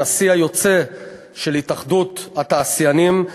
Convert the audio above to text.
הנשיא היוצא של התאחדות התעשיינים,